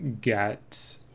get